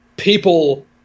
people